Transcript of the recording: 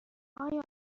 آیا